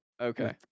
Okay